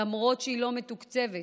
למרות שהיא לא מתוקצבת,